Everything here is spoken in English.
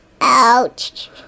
ouch